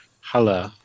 Hello